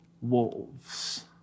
wolves